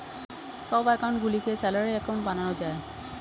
সব অ্যাকাউন্ট গুলিকে salary account বানানো যায়